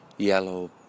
yellow